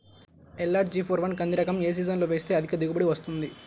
LRG four one కంది రకం ఏ సీజన్లో వేస్తె అధిక దిగుబడి వస్తుంది?